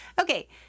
Okay